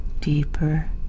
deeper